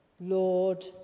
Lord